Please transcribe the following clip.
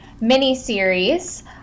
mini-series